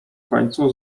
końcu